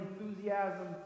enthusiasm